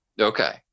Okay